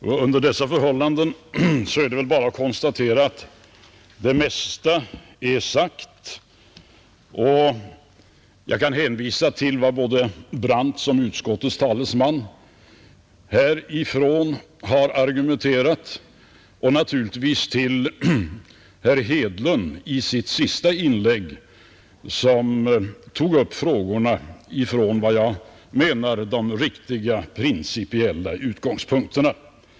Men under dessa förhållanden är det väl bara att konstatera att det mesta är sagt; jag kan hänvisa till vad herr Brandt som skatteutskottets talesman från denna talarstol har anfört och naturligtvis till vad herr Hedlund sade i sitt senaste inlägg, som tog upp frågorna från vad jag menar vara de riktiga principiella utgångspunkterna.